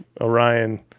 Orion